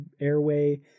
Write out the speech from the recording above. airway